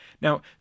Now